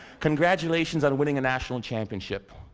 congratulations on winning a national championship.